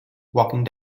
walking